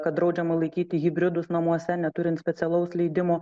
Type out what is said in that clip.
kad draudžiama laikyti hibridus namuose neturint specialaus leidimo